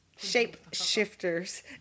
shapeshifters